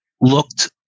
Looked